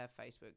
Facebook